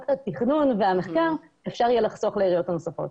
את התכנון והמחקר אפשר יהיה לחסוך לעיריות הנוספות.